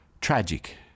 tragic